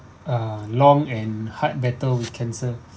uh long and hard battle with cancer